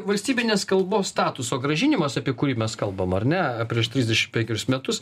valstybinės kalbos statuso grąžinimas apie kurį mes kalbam ar ne prieš trisdešim penkerius metus